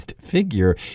figure